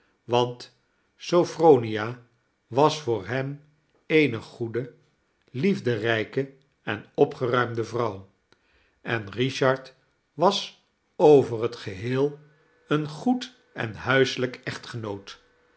want sophronia was voor hem eene goede iiefderijke en opgeruimde vrouw en richard was over het geheel een goed en huiselijk echtgenoot